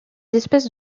espèces